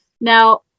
now